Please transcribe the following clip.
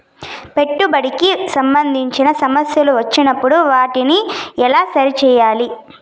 పెట్టుబడికి సంబంధించిన సమస్యలు వచ్చినప్పుడు వాటిని ఎలా సరి చేయాలి?